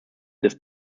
des